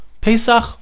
Pesach